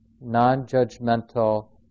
non-judgmental